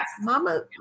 Mama